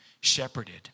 shepherded